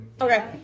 Okay